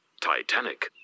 Titanic